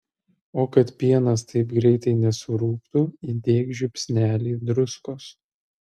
o kad pienas taip greitai nesurūgtų įdėk žiupsnelį druskos